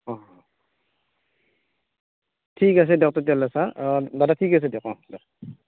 অঁ ঠিক আছে দিয়ক তেতিয়াহ'লে ছাৰ দাদা ঠিক আছে দিয়ক অঁ দিয়ক